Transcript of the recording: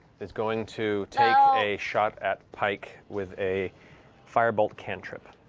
is going to take a shot at pike with a firebolt cantrip.